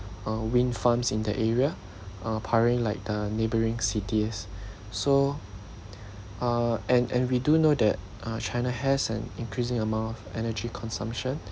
uh wind farms in the area uh powering like the neighbouring cities so uh and and we do know that uh china has an increasing amount of energy consumption